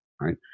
right